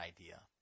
idea